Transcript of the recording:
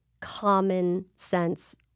common-sense